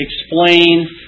explain